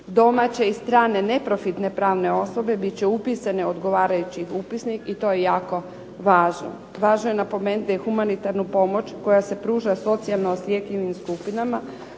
Domaće i strane neprofitne osobe bit će upitane u odgovarajući upisnik. I to je jako važno. Važno je napomenuti da je humanitarnu pomoć koja se pruža socijalno osjetljivim skupinama